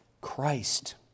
Christ